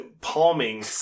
palming